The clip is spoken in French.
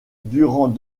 durant